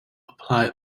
apply